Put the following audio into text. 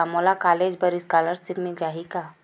मोला कॉलेज बर स्कालर्शिप मिल जाही का?